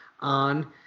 on